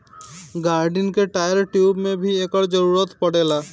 गाड़िन के tyre, tube में भी एकर जरूरत पड़ेला